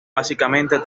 básicamente